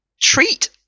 treat